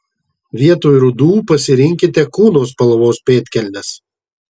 vietoj rudų pasirinkite kūno spalvos pėdkelnes